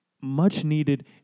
much-needed